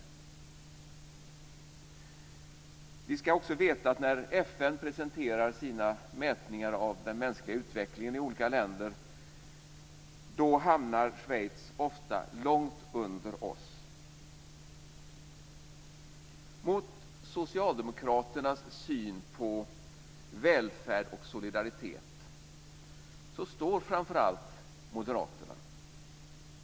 Vi ska också veta att när FN presenterar sina mätningar av den mänskliga utvecklingen i olika länder hamnar Schweiz ofta långt efter oss. Mot socialdemokraternas syn på välfärd och solidaritet står framför allt moderaternas.